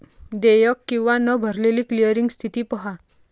देयक किंवा न भरलेली क्लिअरिंग स्थिती पहा